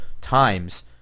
times